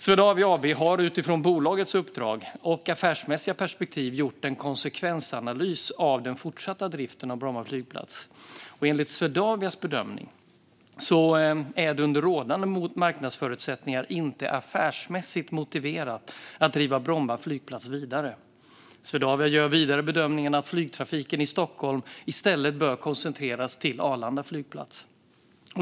Swedavia AB har utifrån bolagets uppdrag och affärsmässiga perspektiv gjort en konsekvensanalys av den fortsatta driften av Bromma flygplats. Enligt Swedavias bedömning är det under rådande marknadsförutsättningar inte affärsmässigt motiverat att driva Bromma flygplats vidare. Swedavia gör vidare bedömningen att flygtrafiken i Stockholm i stället bör koncentreras till Arlanda flygplats.